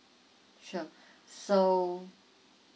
sure so